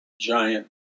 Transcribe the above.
giant